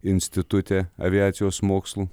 institute aviacijos mokslų